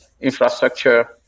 infrastructure